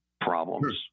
problems